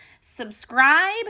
Subscribe